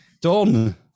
done